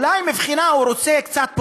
אולי הוא רוצה קצת פופוליזם.